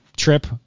trip